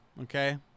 Okay